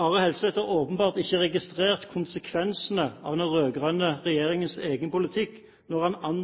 Are Helseth har åpenbart ikke registrert konsekvensene av den rød-grønne regjeringens egen politikk når han